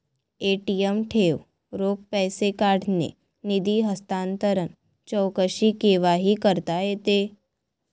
ATM ठेव, रोख पैसे काढणे, निधी हस्तांतरण, चौकशी केव्हाही करता येते